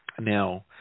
Now